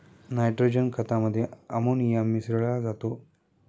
nitrogen खतामध्ये ammonia मिसळा जातो